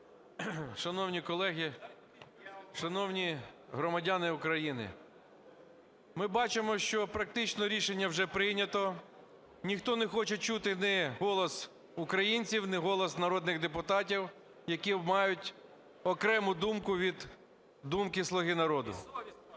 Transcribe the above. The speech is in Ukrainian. Шановні колеги, шановні громадяни України, ми бачимо, що практично рішення вже прийнято, ніхто не хоче чути ні голос українців, ні голос народних депутатів, які мають окрему думку від думки "Слуги народу".